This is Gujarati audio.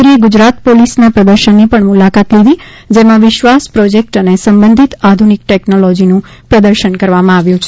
પ્રધાનમંત્રીએ ગુજરાત પોલીસનાં પ્રદર્શનની પણ મુલાકાત લીધી હતી જેમાં વિશ્વાસ પ્રોજેક્ટ અને સંબંધિત આધુનિક ટેકનોલોજીનું પ્રદર્શન કરવામાં આવ્યું છે